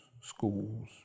schools